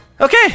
Okay